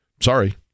Sorry